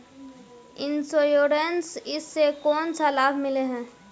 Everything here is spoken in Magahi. इंश्योरेंस इस से कोन सा लाभ मिले है?